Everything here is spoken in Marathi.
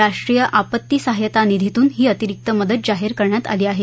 राष्ट्रीय आपत्ती सहायता निधीतून ही अतिरिक्त मदत जाहीर करण्यात आली आहे